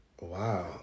Wow